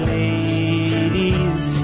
ladies